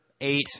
eight